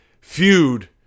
feud